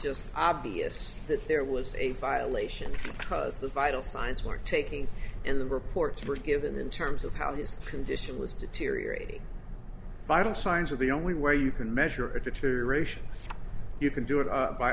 just obvious that there was a violation cause the vital signs were taking and the reports were given in terms of how his condition was deteriorating vital signs are the only way you can measure a deterioration you can do it by